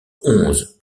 onze